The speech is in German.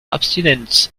abstinenz